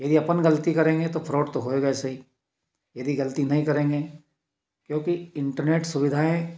यदि अपन गलती करेंगे तो फ्रौड तो होएगा सही यदि गलती नही करेंगे क्योंकि इन्टरनेट सुविधाएँ